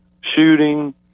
shooting